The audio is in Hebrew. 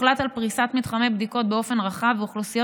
הוחלט על פריסת מתחמי בדיקות באופן רחב ואוכלוסיות